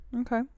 okay